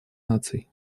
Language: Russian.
наций